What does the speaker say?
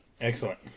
Excellent